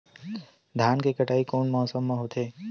धान के कटाई कोन मौसम मा होथे?